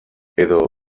edo